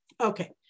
Okay